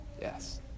Yes